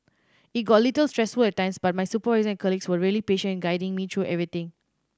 it got a little stressful at times but my supervisor and colleagues were really patient in guiding me through everything